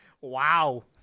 Wow